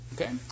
Okay